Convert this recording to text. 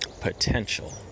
potential